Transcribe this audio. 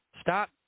Stop